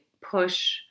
push